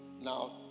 now